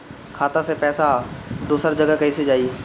खाता से पैसा दूसर जगह कईसे जाई?